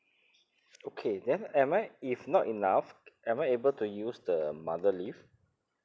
okay then am I if not enough am I able to use the mother leave